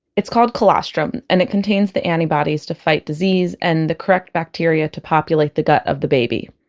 it's called colostrum and it contains the antibodies to fight disease and the correct bacteria to populate the gut of the baby.